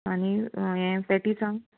आनी हे पेटीसांक